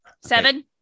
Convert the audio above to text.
Seven